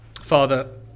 Father